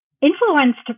influenced